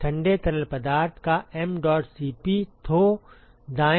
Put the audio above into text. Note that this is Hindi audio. ठंडे तरल पदार्थ का mdot Cp थो दाएँ